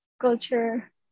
culture